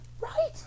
right